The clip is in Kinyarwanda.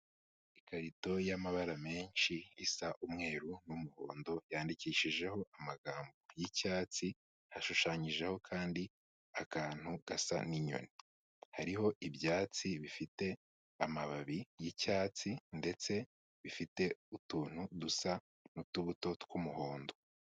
Ikarito y'amabara menshi isa umweru n'umuhondo yandikishijeho amagambo y'icyatsi, hashushanyijeho kandi akantu gasa n'inyoni. Hariho ibyatsi bifite amababi y'icyatsi ndetse bifite utuntu dusa n'utubuto tw'umuhondo.